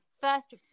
First